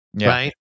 right